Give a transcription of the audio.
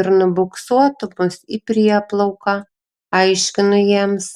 ir nubuksuotų mus į prieplauką aiškinu jiems